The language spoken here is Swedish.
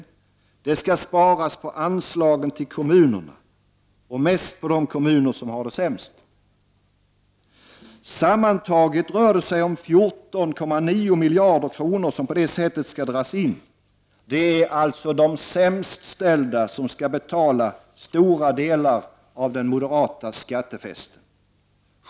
Och det skall sparas på anslagen till kommunerna, och mest på de kommuner som har det sämst. Sammantaget rör det sig om 14,9 miljarder kronor som på detta sätt skall dras in. Det är alltså de sämst ställda som skall betala stora delar av den moderata skattefesten.